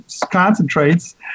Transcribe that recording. concentrates